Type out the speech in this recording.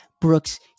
Brooks